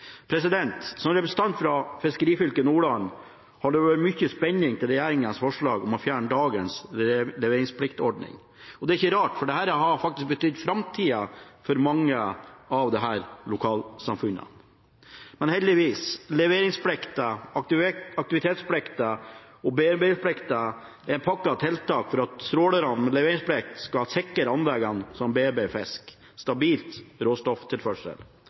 Som representant fra fiskerifylket Nordland har det vært mye spenning knyttet til regjeringens forslag om å fjerne dagens leveringspliktordning. Det er ikke rart, for dette har faktisk betydd framtida for mange i dette lokalsamfunnet. Men heldigvis: Leveringsplikta, aktivitetsplikta og bearbeidingsplikta er en pakke av tiltak for at trålere med leveringsplikt skulle sikre anlegg som